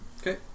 Okay